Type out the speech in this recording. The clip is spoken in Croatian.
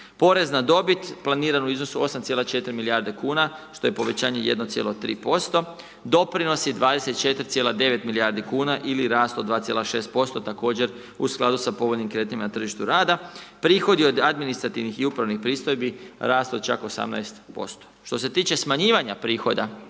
Porezna dobit planirana u iznosu od 8,4 milijarde kuna što je povećanje 1,3%, doprinosi 24,9 milijardi kuna ili rast od 2,6% također u skladu sa povoljnim kretanjima na tržištu rada. Prihodi od administrativnih i upravnih pristojbi, rast od čak 18%. Što se tiče smanjivanja prihoda